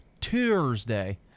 Tuesday